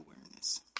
awareness